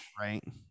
right